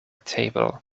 table